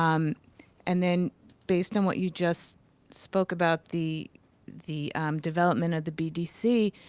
um and then based on what you just spoke about the the development of the bdc,